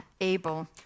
able